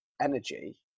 energy